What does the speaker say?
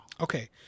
Okay